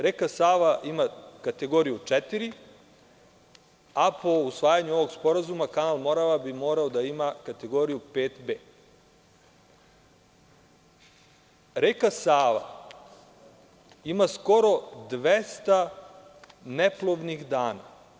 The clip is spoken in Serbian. Reka Sava ima kategoriju četiri, a po usvajanju ovog sporazuma kanal Morava bi morao da ima kategoriju pet B.Reka Sava ima skoro 200 neplovnih dana.